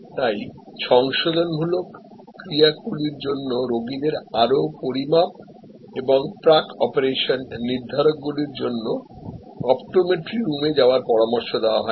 তাই সংশোধনমূলক ক্রিয়াগুলির জন্য রোগীদের আরও পরিমাপ এবং প্রাক অপারেশন নির্ধারকগুলির জন্য অপটোমেট্রি রুমে যাওয়ার পরামর্শ দেওয়া হয়